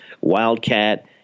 Wildcat